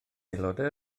aelodau